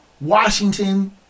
Washington